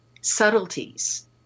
subtleties